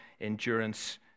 endurance